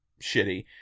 shitty